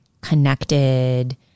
connected